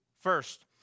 First